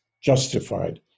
justified